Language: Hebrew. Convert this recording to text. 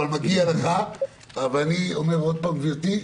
אבל מגיע לך ואני אומר שוב גברתי,